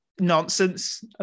nonsense